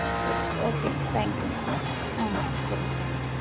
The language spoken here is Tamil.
சரி ஓகேங்க தேங்க்யூங்க ஆ சரிங்க தேங்க்யூ